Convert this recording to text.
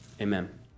amen